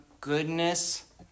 goodness